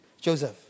Joseph